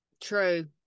True